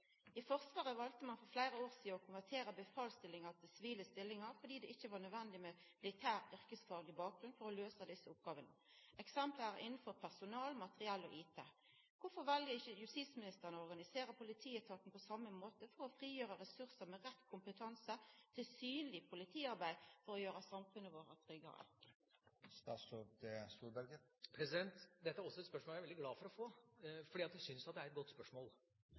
«I Forsvaret valgte man for flere år siden å konvertere befalsstillinger til sivile stillinger fordi det ikke var nødvendig med militær yrkesfaglig bakgrunn for å løse disse oppgavene, eksempler er innenfor personal, materiell og IT. Hvorfor velger ikke statsråden å organisere politietaten på samme måte, for å frigjøre ressurser med rett kompetanse til synlig politiarbeid for å gjøre samfunnet vårt tryggere?» Dette er også et spørsmål som jeg er veldig glad for å få, fordi jeg syns det er et godt spørsmål.